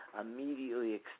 immediately